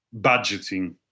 budgeting